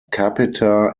capita